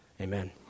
amen